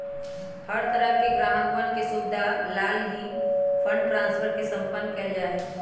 हर तरह से ग्राहकवन के सुविधा लाल ही फंड ट्रांस्फर के सम्पन्न कइल जा हई